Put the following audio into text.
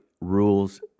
rules